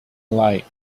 late